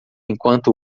enquanto